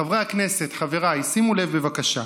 חברי הכנסת, חבריי, שימו לב, בבקשה: